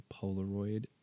Polaroid